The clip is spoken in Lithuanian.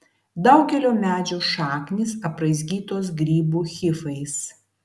daugelio medžių šaknys apraizgytos grybų hifais